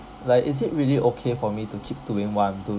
like is it really okay for me to keep doing what I'm